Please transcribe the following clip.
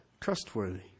trustworthy